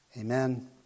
Amen